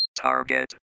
Target